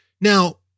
Now